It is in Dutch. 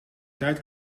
tijd